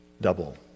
double